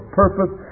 purpose